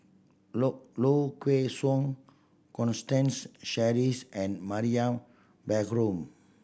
Low Low Kway Song Constance Sheares and Mariam Baharom